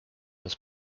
was